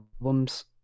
albums